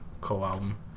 co-album